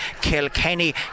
Kilkenny